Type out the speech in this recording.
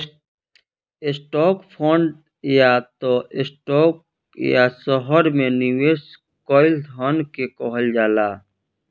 stock fund या त stock या शहर में निवेश कईल धन के कहल जाला